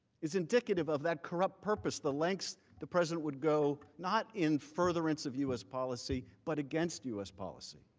is indicative of that corrupt purpose. the links the president would go not in furtherance of u s. policy but against u s. policy.